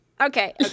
Okay